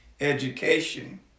education